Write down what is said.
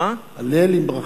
הלל עם ברכה.